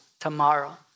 tomorrow